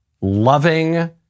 loving